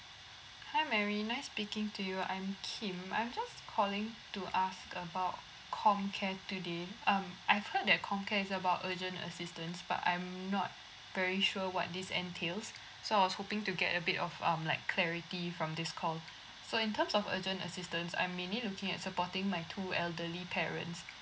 hi mary nice speaking to you I'm kim I'm just calling to ask about com care today um I've heard that com care is about urgent assistance but I'm not very sure what this entails so I was hoping to get a bit of um like clarity from this call so in terms of urgent assistance I may need looking at supporting my two elderly parents